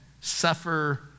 suffer